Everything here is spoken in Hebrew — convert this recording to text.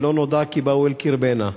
"ולא נודע כי באו אל קרבנה".